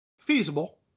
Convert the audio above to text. Feasible